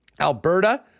Alberta